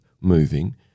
moving